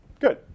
Good